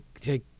take